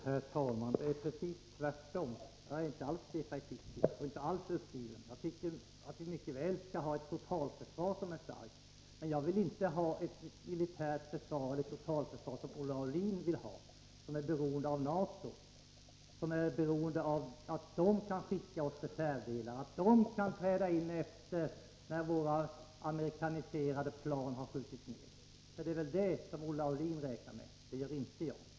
Herr talman! Det är precis tvärtom. Jag är inte alls defaitist eller uppgiven. Jag tycker vi mycket väl skall ha ett starkt totalförsvar. Men jag vill inte ha det totalförsvar som Olle Aulin vill ha, ett försvar som är beroende av att Nato kan skicka oss reservdelar eller träda in när våra amerikaniserade plan har skjutits ned. Det är väl vad Olle Aulin räknar med, men det gör inte jag.